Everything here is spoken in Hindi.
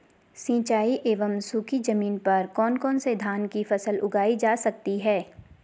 सिंचाई एवं सूखी जमीन पर कौन कौन से धान की फसल उगाई जा सकती है?